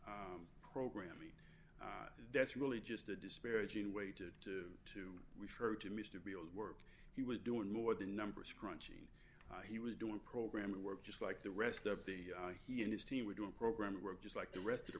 down programming that's really just a disparaging way to to refer to mr beale work he was doing more than numbers crunching he was doing programming work just like the rest of the he and his team were doing programming work just like the rest of